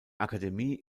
akademie